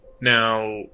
Now